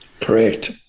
Correct